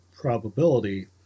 probability